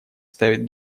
ставит